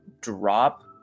drop